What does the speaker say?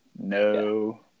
No